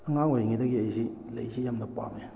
ꯑꯉꯥꯡ ꯑꯣꯏꯔꯤꯉꯩꯗꯒꯤ ꯑꯩꯁꯤ ꯂꯩꯁꯤ ꯌꯥꯝꯅ ꯄꯥꯝꯃꯤ